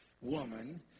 woman